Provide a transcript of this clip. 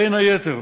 בין היתר,